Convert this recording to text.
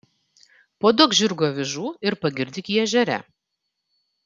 paduok žirgui avižų ir pagirdyk jį ežere